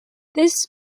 this